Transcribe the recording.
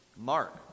Mark